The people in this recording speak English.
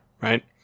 right